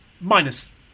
minus